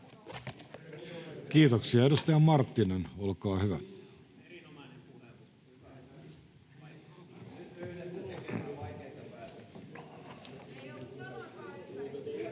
Kiitoksia. — Edustaja Marttinen, olkaa hyvä.